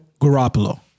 Garoppolo